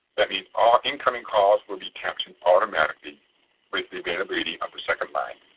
that means all incoming calls will be captioned automatically with the availability of the second line.